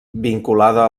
vinculada